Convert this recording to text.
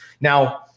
Now